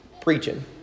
preaching